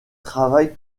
travaille